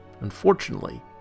Unfortunately